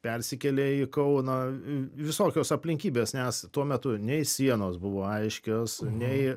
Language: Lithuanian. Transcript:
persikėlė į kauną visokios aplinkybės nes tuo metu nei sienos buvo aiškios nei